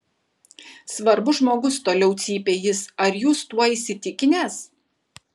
svarbus žmogus toliau cypė jis ar jūs tuo įsitikinęs